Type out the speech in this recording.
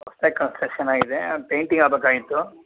ಹೊಸ್ದಾಗಿ ಕನ್ಸ್ಟ್ರಕ್ಷನ್ ಆಗಿದೆ ಅದು ಪೈಂಟಿಂಗ್ ಆಗಬೇಕಾಗಿತ್ತು